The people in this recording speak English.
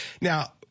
now